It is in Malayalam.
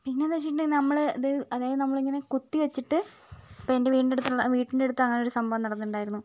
പിന്നെയെന്നു വച്ചിട്ടുണ്ടെങ്കിൽ നമ്മൾ അത് അതായത് നമ്മൾ ഇങ്ങനെ കുത്തി വച്ചിട്ട് ഇപ്പം എൻ്റെ വീടിൻ്റടുത്തുള്ള വീട്ടിൻ്റ അടുത്ത് അങ്ങനെ ഒരു സംഭവം നടന്നിട്ടുണ്ടായിരുന്നു